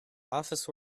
office